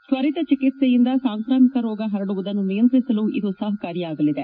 ತ್ವರಿತ ಚಿಕಿತ್ಸೆಯಿಂದ ಸಾಂಕ್ರಾಮಿಕ ರೋಗ ಪರಡುವುದನ್ನು ನಿಯಂತ್ರಿಸಲು ಸಹಕಾರಿಯಾಗಲಿದೆ